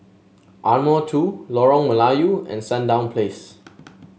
Ardmore Two Lorong Melayu and Sandown Place